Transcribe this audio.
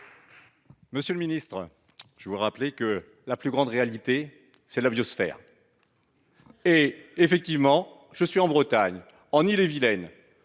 Monsieur le ministre je vous rappeler que la plus grande réalité c'est la biosphère. Et effectivement, je suis en Bretagne. En Ille-et-Vilaine,